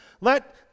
Let